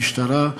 המשטרה,